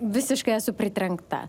visiškai esu pritrenkta